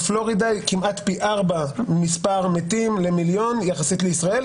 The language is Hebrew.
בפלורידה כמעט פי ארבעה מספר המתים למיליון יחסית לישראל,